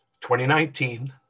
2019